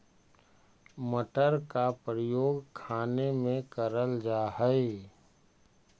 मटर का प्रयोग खाने में करल जा हई